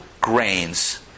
grains